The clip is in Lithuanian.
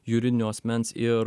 juridinio asmens ir